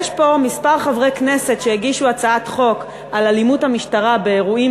כמה חברי כנסת הגישו הצעות על אלימות המשטרה באירועים